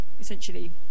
essentially